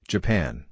Japan